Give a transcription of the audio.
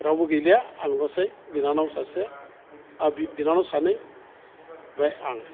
रावबो गैलिया आंल'सै बिनानाव सासे बिनानाव सानै ओमफाय आं